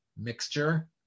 mixture